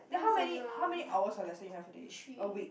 then how many how many hours of lessons you have a day a week